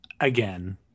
again